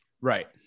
Right